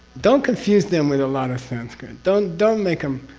don't confuse them with a lot of sanskrit. don't don't make them.